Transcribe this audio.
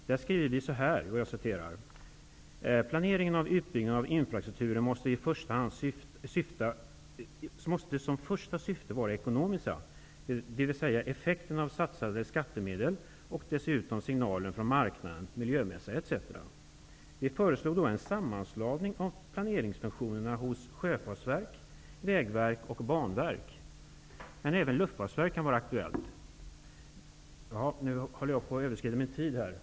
Vi skriver att planeringen av utbyggnaden av infrastrukturen i första hand måste ha ekonomiska syften, dvs. effekten av satsade skattemedel, dessutom signaler från marknaden, miljömässiga aspekter etc. Vi föreslog en sammanslagning av planeringsfunktionerna hos Luftfartsverket kan vara aktuellt. Jag håller nu på att överskrida min tid.